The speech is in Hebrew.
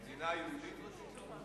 במדינה היהודית, רצית לומר?